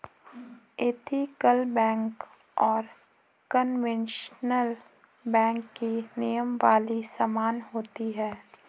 ethical bank और conventional bank की नियमावली समान होती है